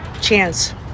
chance